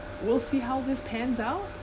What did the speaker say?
we'll see how this pans out